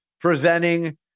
presenting